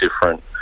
different